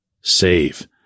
save